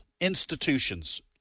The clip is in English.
institutions